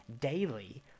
daily